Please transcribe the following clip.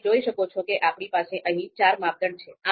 તમે જોઈ શકો છો કે આપણી પાસે અહીં ચાર માપદંડ છે